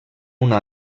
una